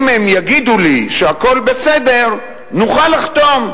אם הם יגידו לי שהכול בסדר, נוכל לחתום".